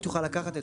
אנחנו עוברים לפסקה